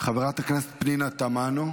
חברת הכנסת פנינה תמנו,